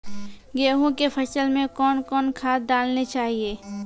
गेहूँ के फसल मे कौन कौन खाद डालने चाहिए?